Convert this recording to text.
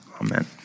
Amen